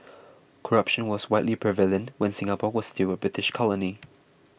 corruption was widely prevalent when Singapore was still a British colony